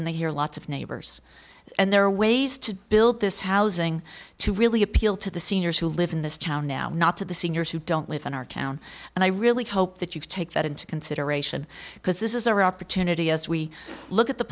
and they hear lots of neighbors and there are ways to build this housing to really appeal to the seniors who live in this town now not to the seniors who don't live in our town and i really hope that you take that into consideration because this is our opportunity as we look at the